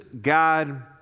God